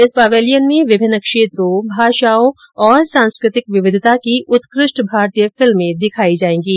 इस पवेलियन में विभिन्न क्षेत्रों भाषाओं और सांस्कृ तिक विविधता की उत्कृष्ट भारतीय फिल्में दिखाई जाएंगी